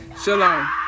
shalom